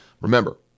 remember